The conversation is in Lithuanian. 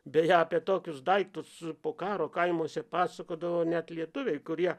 beje apie tokius daiktus po karo kaimuose pasakodavo net lietuviai kurie